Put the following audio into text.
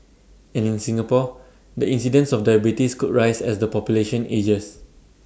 and in Singapore the incidence of diabetes could rise as the population ages